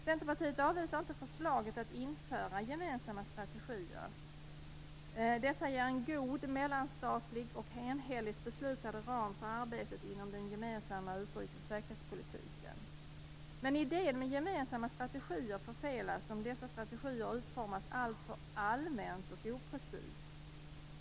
Centerpartiet avvisar inte förslaget att införa gemensamma strategier. Dessa ger en god mellanstatlig och enhälligt beslutad ram för arbetet inom den gemensamma utrikes och säkerhetspolitiken. Men idén om gemensamma strategier förfelas om dessa strategier utformas alltför allmänt och oprecist.